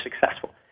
successful